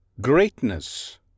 Greatness